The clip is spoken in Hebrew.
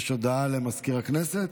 יש הודעה למזכיר הכנסת?